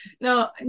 No